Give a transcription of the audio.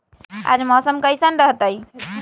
आज मौसम किसान रहतै?